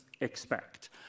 expect